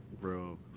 Bro